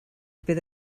bydd